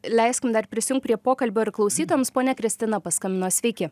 leiskim dar prisijungt prie pokalbio ir klausytojams ponia kristina paskambino sveiki